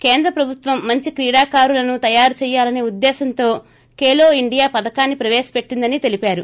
కేంద్ర ప్రభుత్వం మంచి క్రీడాకారులని తయారుచేయ్యలసే ఉద్దేశంతో ఖెలో ఇండియా పధకాన్సి ప్రవేశపెట్టిందని తెలిపారు